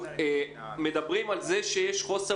סליחה, רחלי, אני רוצה לתקן את מה שאמר היושב-ראש.